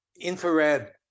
infrared